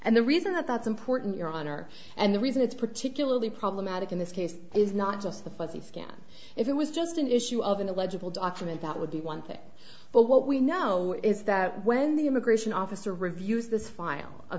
and the reason that that's important your honor and the reason it's particularly problematic in this case is not just the fuzzy again it was just an issue of an illegible document that would be one thing but what we know is that when the immigration officer reviews this file